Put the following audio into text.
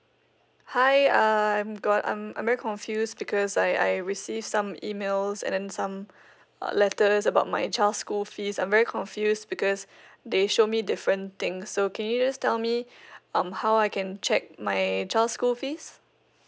hi err I got I'm I'm very confused because like I I receive some emails and then some uh letters about my child's school fees I'm very confused because they showed me different things so can you just tell me um how I can check my child's school fees